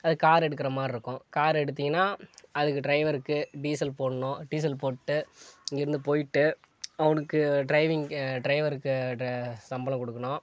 அதுக்கு கார் எடுக்கிற மாதிரி இருக்கும் கார் எடுத்தீங்கன்னா அதுக்கு டிரைவருக்கு டீசல் போடணும் டீசல் போட்டு இங்கேயிருந்து போய்ட்டு அவனுக்கு டிரைவிங் டிரைவருக்கு சம்பளம் கொடுக்குணும்